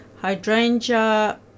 hydrangea